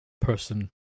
person